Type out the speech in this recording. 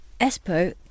ESPO